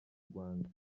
rwanda